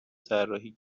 طراحی